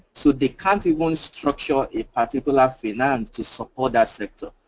so they can't even structure a particular finance to so ah that sector.